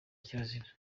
kirazira